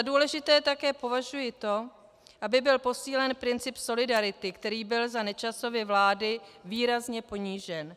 Za důležité také považuji to, aby byl posílen princip solidarity, který byl za Nečasovy vlády výrazně ponížen.